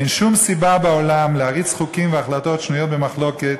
אין שום סיבה בעולם להריץ חוקים והחלטות שנויות במחלוקת,